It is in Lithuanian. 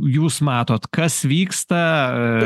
jūs matot kas vyksta